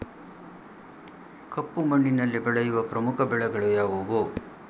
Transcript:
ಕಪ್ಪು ಮಣ್ಣಿನಲ್ಲಿ ಬೆಳೆಯುವ ಪ್ರಮುಖ ಬೆಳೆಗಳು ಯಾವುವು?